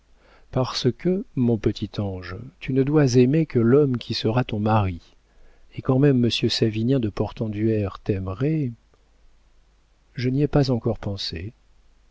parce que mon petit ange tu ne dois aimer que l'homme qui sera ton mari et quand même monsieur savinien de portenduère t'aimerait je n'y ai pas encore pensé